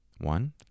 One